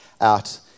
out